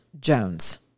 Jones